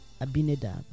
Abinadab